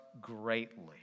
greatly